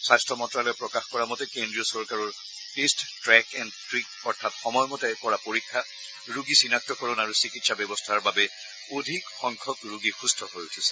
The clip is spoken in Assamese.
স্বাস্থ্য মন্তালয়ে প্ৰকাশ কৰা মতে কেন্দ্ৰীয় চৰকাৰৰ টেষ্ট ট্ৰেক এণ্ড ট্ৰীট অৰ্থাৎ সময়মতে কৰা পৰীক্ষা ৰোগী চিনাক্তকৰণ আৰু চিকিৎসা ব্যৱস্থাৰ বাবে অধিক সংখ্যক ৰোগী সুস্থ হৈ উঠিছে